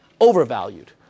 overvalued